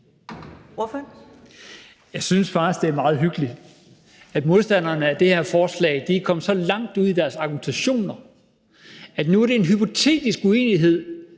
Jeg synes faktisk, det er meget hyggeligt, at modstanderne af det her forslag er kommet så langt ud i deres argumentation, at det nu er en hypotetisk uenighed